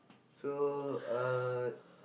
so uh